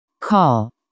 call